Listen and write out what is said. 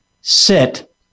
Sit